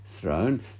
throne